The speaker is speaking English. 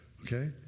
Okay